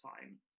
time